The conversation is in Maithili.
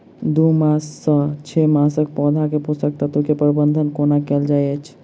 दू मास सँ छै मासक पौधा मे पोसक तत्त्व केँ प्रबंधन कोना कएल जाइत अछि?